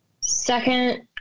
Second